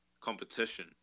competition